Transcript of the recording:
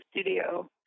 studio